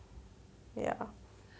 ya